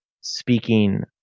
speaking